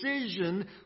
decision